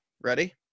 Ready